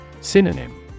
Synonym